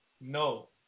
No